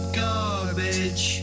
garbage